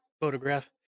photograph